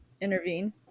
intervene